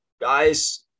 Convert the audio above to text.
guys